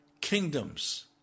kingdoms